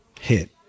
hit